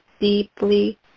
deeply